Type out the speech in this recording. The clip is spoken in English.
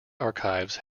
archives